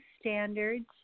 standards